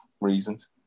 reasons